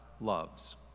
loves